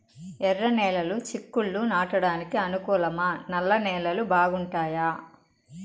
ఎర్రనేలలు చిక్కుళ్లు నాటడానికి అనుకూలమా నల్ల నేలలు బాగుంటాయా